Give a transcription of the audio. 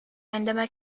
عندما